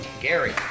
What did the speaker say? Gary